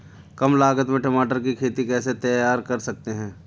कम लागत में टमाटर की खेती कैसे तैयार कर सकते हैं?